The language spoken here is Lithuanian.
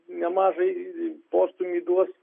nemažai postūmį duos